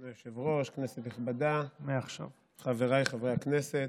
כבוד היושב-ראש, כנסת נכבדה, חבריי חברי הכנסת,